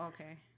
okay